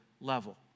level